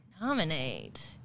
nominate